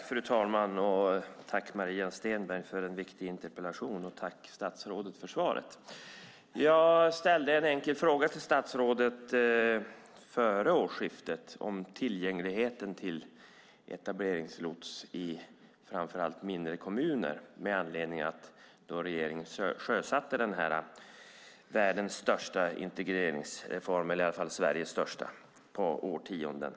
Fru talman! Jag tackar Maria Stenberg för en viktig interpellation och statsrådet för svaret. Före årsskiftet ställde jag en enkel fråga till statsrådet om tillgängligheten till etableringslots i framför allt mindre kommuner, detta med anledning av att regeringen då sjösatte världens största integreringsreform, eller i alla fall Sveriges största, på årtionden.